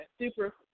super